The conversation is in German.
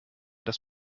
das